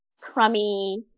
crummy